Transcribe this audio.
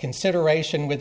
consideration with